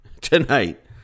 tonight